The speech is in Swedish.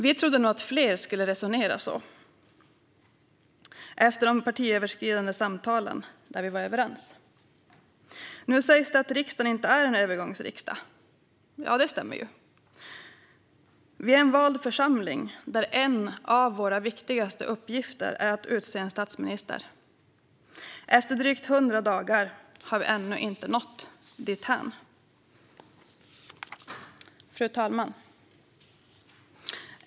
Vi trodde nog att fler skulle resonera så efter de partiöverskridande samtalen, där vi var överens. Nu sägs det att riksdagen inte är en övergångsriksdag, och det stämmer ju. Vi är en vald församling, och en av våra viktigaste uppgifter är att utse en statsminister. Efter drygt 100 dagar har vi ännu inte nått dithän. Fru talman!